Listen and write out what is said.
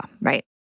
Right